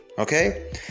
Okay